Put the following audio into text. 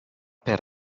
per